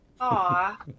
Aw